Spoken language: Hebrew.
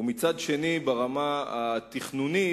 ומצד שני, ברמה התכנונית,